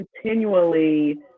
continually